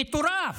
מטורף.